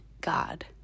God